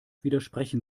widersprechen